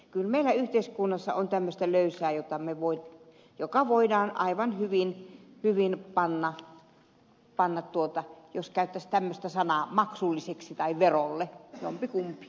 kyllä meillä yhteiskunnassa on tämmöistä löysää joka voidaan aivan hyvin panna jos käyttäisi tämmöistä sanaa maksulliseksi tai verolle jompikumpi